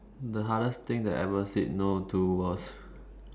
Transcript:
the hardest thing that I ever said no to was